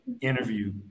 interview